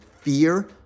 fear